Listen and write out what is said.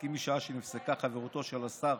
כי משעה שנפסקה חברותו של השר